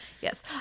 Yes